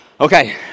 Okay